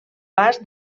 pas